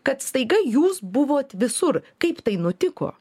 kad staiga jūs buvot visur kaip tai nutiko